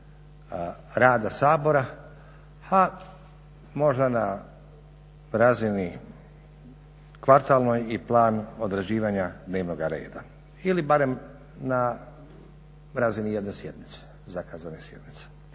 rada Sabora, a možda na razini kvartalnoj i plan odrađivanja dnevnoga reda ili barem na razini jedne sjednice, zakazane sjednice,